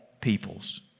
peoples